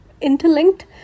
interlinked